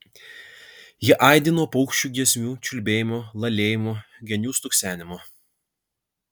ji aidi nuo paukščių giesmių čiulbėjimo lalėjimo genių stuksenimo